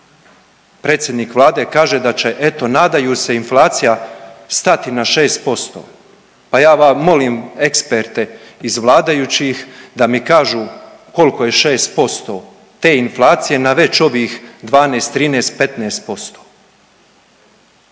Predsjednik Vlade kaže da će eto nadaju se inflacija stati na 6%, pa ja vam molim eksperte iz vladajućih da mi kažu kolko je 6% te inflacije na već ovih 12-13, 15%?